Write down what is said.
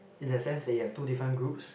in a sense that you have two different groups